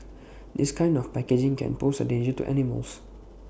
this kind of packaging can pose A danger to animals